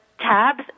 tabs